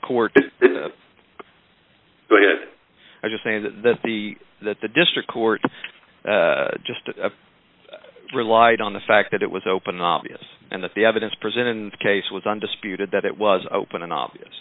court i'm just saying that the that the district court just relied on the fact that it was open obvious and that the evidence presented in the case was undisputed that it was open and obvious